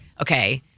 okay